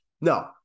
No